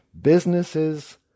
businesses